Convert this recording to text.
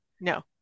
no